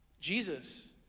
Jesus